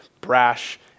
brash